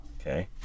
Okay